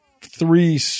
three